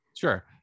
Sure